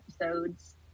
episodes